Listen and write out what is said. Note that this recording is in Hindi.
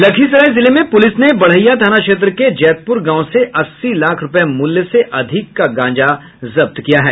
लखीसराय जिले में पुलिस ने बड़हिया थाना क्षेत्र के जैतपुर गांव से अस्सी लाख रूपये मूल्य से अधिक का गांजा जब्त किया है